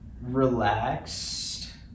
relaxed